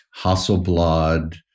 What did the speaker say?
Hasselblad